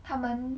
他们